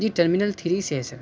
جی terminal three سے ہے سر